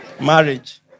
Marriage